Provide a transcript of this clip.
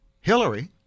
Hillary